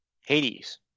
Hades